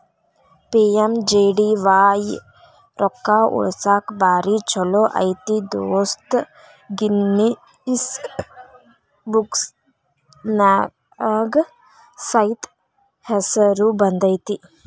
PMJDY ರೊಕ್ಕಾ ಉಳಸಾಕ ಭಾರಿ ಛೋಲೋ ಐತಿ ದೋಸ್ತ ಗಿನ್ನಿಸ್ ಬುಕ್ನ್ಯಾಗ ಸೈತ ಹೆಸರು ಬಂದೈತಿ